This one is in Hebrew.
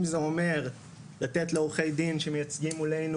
אם זה אומר לתת לעורכי דין שמייצגים מולנו